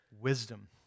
wisdom